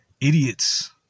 idiots